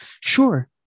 Sure